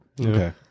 Okay